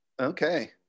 Okay